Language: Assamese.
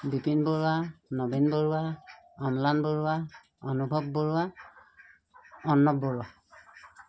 বিপিন বৰুৱা নবীন বৰুৱা অম্লান বৰুৱা অনুভৱ বৰুৱা অনুনৱ বৰুৱা